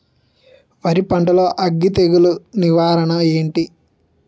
వరి పంటలో అగ్గి తెగులు నివారణ ఏంటి?